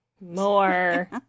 more